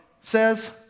says